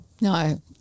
No